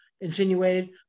insinuated